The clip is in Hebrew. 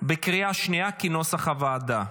בקריאה שנייה כנוסח הוועדה.